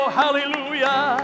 hallelujah